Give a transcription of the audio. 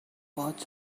watch